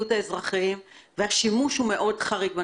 של האזרחים ושהשימוש בנתונים הוא מאוד חריג,